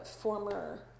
former